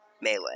Melee